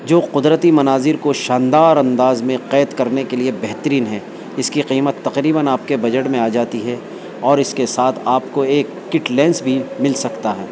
جو قدرتی مناظر کو شاندار انداز میں قید کرنے کے لیے بہترین ہے اس کی قیمت تقریباً آپ کے بجٹ میں آ جاتی ہے اور اس کے ساتھ آپ کو ایک کٹ لینس بھی مل سکتا ہے